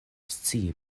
scii